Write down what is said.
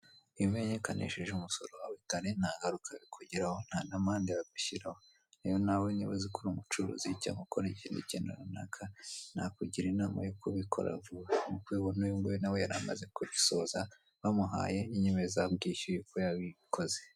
Ibimenyekanishije umusoro nta ngaruka bikugeraho nta n'amande babishyira. Rero nawe niba uri umucuruzi cyangwa ukora ikindi kintu runaka nakugira inama yo kubikora vuba ,kuko nuyu nguyu nawe yaramaze kubisoza bamuhaye inyemezabwishyu uko yabikoze.